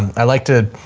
i like to,